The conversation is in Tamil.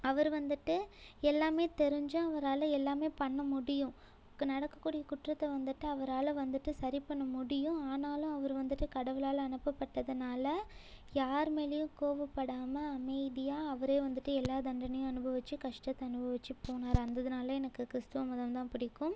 அவர் வந்துவிட்டு எல்லாமே தெரிஞ்சும் அவரால் எல்லாமே பண்ண முடியும் அங்கே நடக்கக்கூடிய குற்றத்தை வந்துவிட்டு அவரால் வந்துவிட்டு சரி பண்ண முடியும் ஆனாலும் அவர் வந்துவிட்டு கடவுளால் அனுப்பப்பட்டதுனால யார் மேலையும் கோவப்படாமல் அமைதியாக அவரே வந்துவிட்டு எல்லா தண்டனையும் அனுபவிச்சு கஷ்டத்தை அனுபவிச்சு போனார் அந்த இதுனால எனக்கு கிறிஸ்துவ மதம் தான் பிடிக்கும்